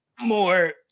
more